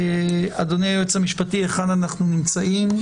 אדוני היועץ המשפטי, היכן אנחנו נמצאים?